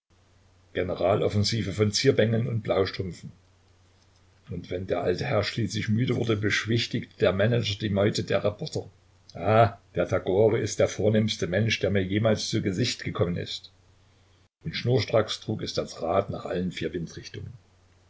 interviews generaloffensive von zierbengeln und blaustrümpfen und wenn der alte herr schließlich müde wurde beschwichtigte der manager die meute der reporter ah der tagore ist der vornehmste mensch der mir jemals zu gesicht gekommen ist und schnurstracks trug es der draht nach allen vier windrichtungen